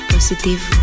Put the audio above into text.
Positive